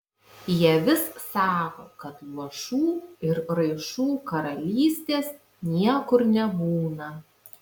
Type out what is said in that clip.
jie vis sako kad luošų ir raišų karalystės niekur nebūna